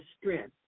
strength